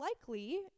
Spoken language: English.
likely